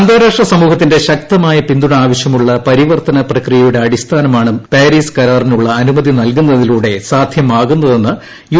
അന്താരാഷ്ട്ര സമൂഹത്തിന്റെ ശക്തമായ പിന്തുണ ആവശ്യമുള്ള പരിവർത്തന പ്രക്രിയയുടെ അടിസ്ഥാനമാണ് പാരിസ് കരാറിനുള്ള അനുമതി നൽകുന്നതിലൂടെ സാധ്യമാകുന്നതെന്ന് യു